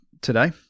today